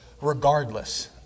regardless